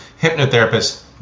hypnotherapist